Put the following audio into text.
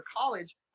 college